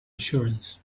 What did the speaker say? assurance